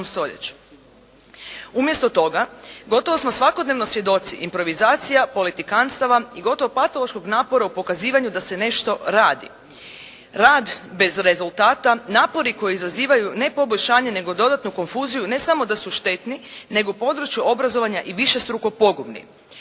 Umjesto toga, gotovo smo svakodnevno svjedoci improvizacija, politikanstava i gotovo patološkog napora u pokazivanju da se nešto radi. Rad bez rezultata, napori koji izazivaju ne poboljšanje, nego dodatnu konfuziju ne samo da su štetni, nego području obrazovanja i višestruko pogubni.